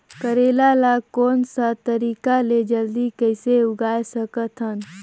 करेला ला कोन सा तरीका ले जल्दी कइसे उगाय सकथन?